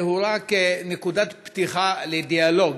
והוא רק נקודת פתיחה לדיאלוג.